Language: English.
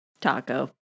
taco